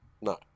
No